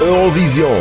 Eurovision